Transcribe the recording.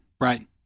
Right